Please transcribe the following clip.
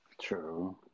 True